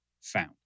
found